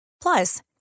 Plus